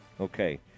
Okay